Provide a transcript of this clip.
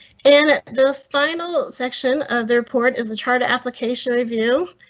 in the final section of the report, is a charter application review.